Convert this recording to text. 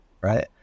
right